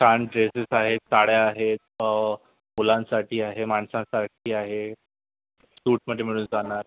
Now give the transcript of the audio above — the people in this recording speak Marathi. छान ड्रेसेस आहेत साड्या आहेत मुलांसाठी आहे माणसांसाठी आहे सूटमध्ये मिळून जाणार